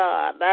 God